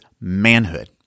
manhood